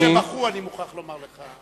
היו כאלה שבכו, אני מוכרח לומר לך.